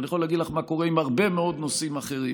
אבל אני יכול להגיד לך מה קורה עם הרבה מאוד נושאים אחרים